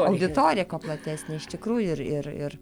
auditoriją kuo platesnę iš tikrųjų ir ir ir